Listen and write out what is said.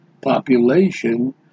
population